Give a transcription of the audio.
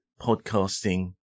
podcasting